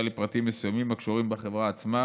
לפרטים מסוימים הקשורים בחברה עצמה,